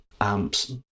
amps